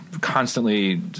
constantly